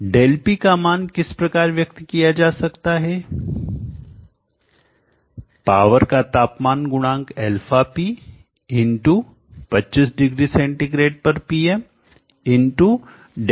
ΔP का मान किस प्रकार व्यक्त किया जा सकता है पावर का तापमान गुणांक αp 25 डिग्री सेंटीग्रेड पर Pm ΔT बाय 100